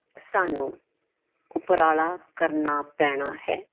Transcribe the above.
ਸਾਨੂੰ ਉਪਰਾਲਾ ਕਰਨਾ ਪੈਣਾ ਹੈ